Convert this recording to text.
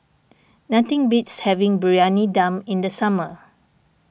nothing beats having Briyani Dum in the summer